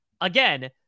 again